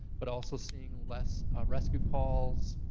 but also seeing less rescue calls.